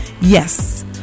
Yes